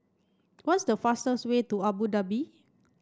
what's the fastest way to Abu Dhabi